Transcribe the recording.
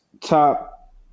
top